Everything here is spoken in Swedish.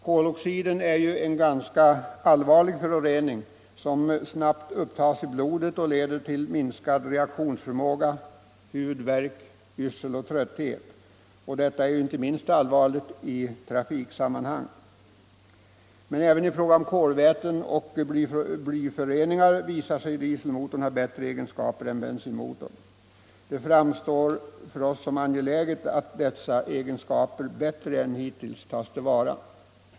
Koloxiden är ju en ganska allvarlig förorening, som snabbt upptas i blodet och medför minskad reaktionsförmåga, huvudvärk, yrsel och trötthet. Detta är allvarligt, inte minst i trafiksammanhang. Men även i fråga om kolväten och blyföreningar visar sig dieselmotorn ha bättre egenskaper än bensinmotorn. Det framstår för oss som angeläget att dessa egenskaper mer än hittills tas till vara.